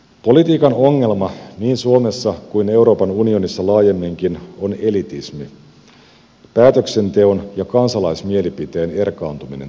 politiikan ongelma niin suomessa kuin euroopan unionissa laajemminkin on elitismi päätöksenteon ja kansalaismielipiteen erkaantuminen toisistaan